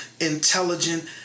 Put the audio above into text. intelligent